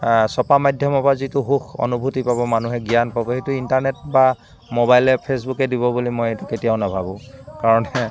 ছপা মাধ্যমৰপৰা যিটো সুখ অনুভুতি পাব মানুহে জ্ঞান পাব সেইটো ইণ্টাৰনেট বা মবাইলে ফেচবুকে দিব বুলি মই কেতিয়াও নাভাবোঁ কাৰণ